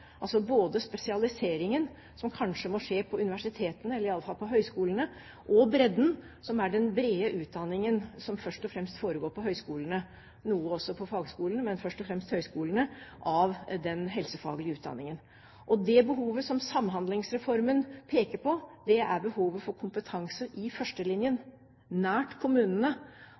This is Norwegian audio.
altså både spesialiseringen, som kanskje må skje på universitetene eller i alle fall på høyskolene, og bredden, som er den brede utdanningen som først og fremst foregår på høyskolene. Noe foregår også på fagskolen, men først og fremst foregår den helsefaglige utdanningen på høyskolene. Det behovet som Samhandlingsreformen peker på, er behovet for kompetanse i førstelinjen, nært kommunene.